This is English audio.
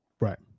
Right